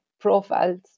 profiles